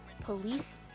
police